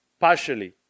partially